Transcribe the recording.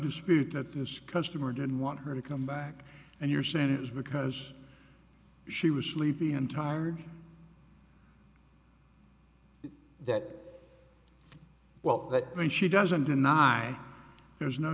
dispute that this customer didn't want her to come back and you're saying it was because she was sleepy and tired that well that means she doesn't deny there's no